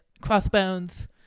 Crossbones